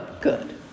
good